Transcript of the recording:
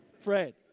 Fred